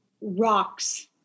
rocks